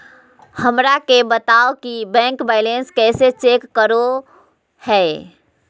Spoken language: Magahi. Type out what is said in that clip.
हमरा के बताओ कि बैंक बैलेंस कैसे चेक करो है?